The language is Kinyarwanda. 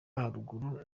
haruguru